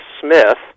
Smith